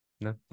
No